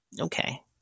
Okay